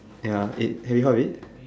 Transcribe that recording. ya it have you heard of it